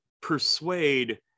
persuade